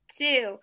two